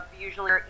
Usually